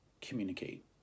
communicate